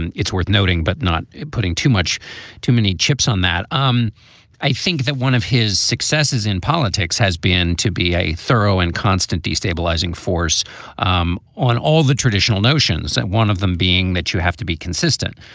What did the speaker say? and it's worth noting, but not putting too much too many chips on that. um i i think that one of his successes in politics has been to be a thorough and constant destabilising force um on all the traditional notions that one of them being that you have to be consistent.